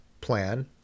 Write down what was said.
plan